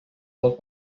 del